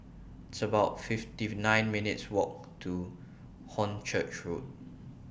It's about nine minutes' Walk to Hornchurch Road